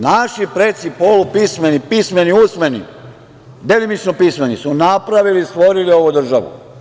Naši preci, polupismeni, pismeni, usmeni, delimično pismeni, su napravili, stvorili ovu državu.